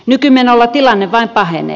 nykymenolla tilanne vain pahenee